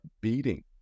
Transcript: beating